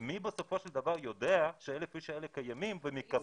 אבל מי בסופו של דבר יודע ש-1,000 האנשים האלה קיימים ומקבלים.